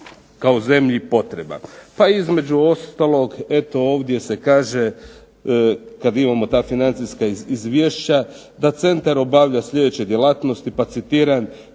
kao zemlji potreban? Pa između ostalog eto ovdje se kaže, kad imamo ta financijska izvješća, da centar obavlja sljedeće djelatnosti pa citiram: